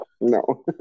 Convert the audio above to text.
No